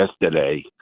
yesterday